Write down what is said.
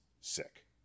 sick